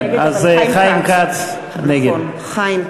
אז חיים כץ נגד.